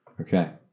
Okay